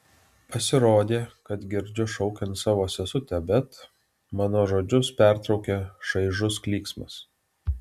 pasirodė kad girdžiu šaukiant savo sesutę bet mano žodžius pertraukia šaižus klyksmas